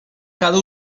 cada